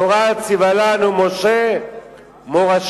תורה ציווה לנו משה מורשה,